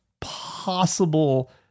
possible